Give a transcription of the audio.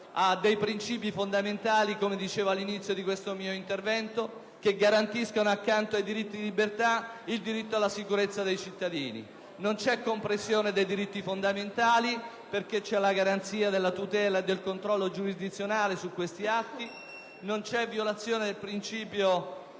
a dei princìpi fondamentali, come dicevo all'inizio del mio intervento, che garantiscono, accanto ai diritti di libertà, il diritto alla sicurezza dei cittadini. Non c'è compressione dei diritti fondamentali perché c'è la garanzia della tutela e del controllo giurisdizionale su questi atti; non c'è violazione del principio